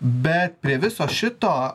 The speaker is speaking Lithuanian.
bet prie viso šito